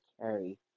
carry